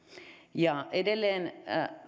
edelleen